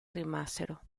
rimasero